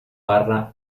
parra